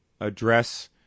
address